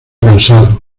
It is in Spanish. cansado